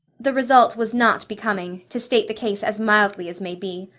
the result was not becoming, to state the case as mildly as may be.